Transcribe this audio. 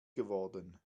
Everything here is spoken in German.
geworden